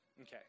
Okay